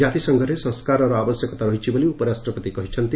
କାତିସଂଘରେ ସଂସ୍କାରର ଆବଶ୍ୟକତା ରହିଛି ବୋଲି ଉପରାଷ୍ଟ୍ରପତି କହିଛନ୍ତି